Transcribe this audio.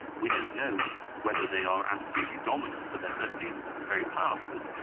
we don't know whether they are absolutely dominant, but they are certainly very powerful,